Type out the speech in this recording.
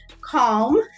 calm